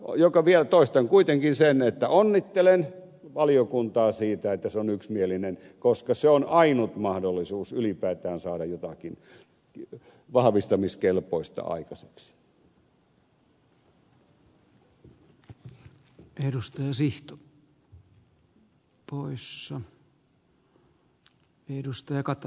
toistan kuitenkin vielä sen että onnittelen valiokuntaa siitä että se on yksimielinen koska se on ainut mahdollisuus ylipäätään saada jotakin vahvistamiskelpoista aikaiseksi